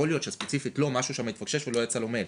יכול להיות שספציפית לו משהו שם התפקשש ולא יצא לו אימייל.